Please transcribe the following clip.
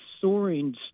soaring